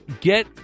get